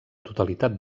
totalitat